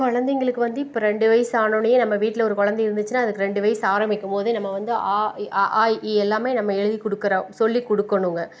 குழந்தைங்களுக்கு வந்து இப்போ ரெண்டு வயது ஆனவுடனேயே நம்ம வீட்டில் ஒரு குழந்த இருந்துச்சுனால் அதுக்கு ரெண்டு வயது ஆரம்பிக்கும்போது நம்ம வந்து அ அ ஆ இ ஈ எல்லாமே நம்ம எழுதி கொடுக்கிற சொல்லி கொடுக்கணுங்க